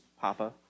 Papa